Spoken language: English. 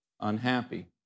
unhappy